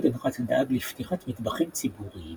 היודנראט דאג לפתיחת מטבחים ציבוריים,